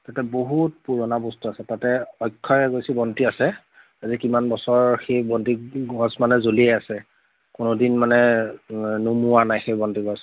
তাতে বহুত পুৰণা বস্তু আছে তাতে অক্ষয় এগচি বন্তি আছে আজি কিমান বছৰ সেই বন্তি গছ মানে জ্বলিয়ে আছে কোনোদিন মানে নুমোৱা নাই সেই বন্তিগছ